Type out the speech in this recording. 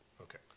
Okay